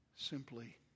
simply